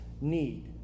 need